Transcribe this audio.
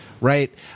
Right